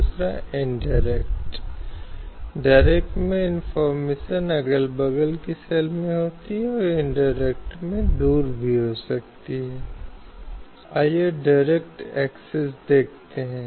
हालाँकि कैसे के बारे में यह फिर से यहाँ उल्लेख किया जा सकता है कि इस मौलिक कर्तव्यों में कोई प्रवर्तनीयता नहीं है